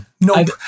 Nope